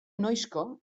noizko